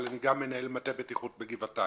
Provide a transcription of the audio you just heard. אבל אני גם מנהל מטה בטיחות בגבעתיים.